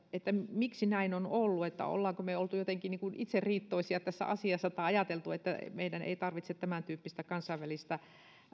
miksi näin on ollut olemmeko me olleet jotenkin itseriittoisia tässä asiassa tai ajatelleet että meidän ei tarvitse tämäntyyppisessä kansainvälisessä